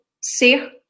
ser